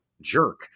jerk